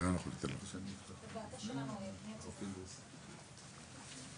שלום לכולם,